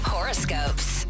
Horoscopes